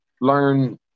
learn